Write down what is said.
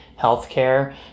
healthcare